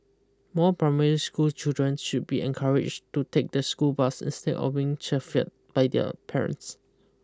more primary school children should be encouraged to take the school buses instead of being chauffeured by their parents